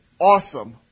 awesome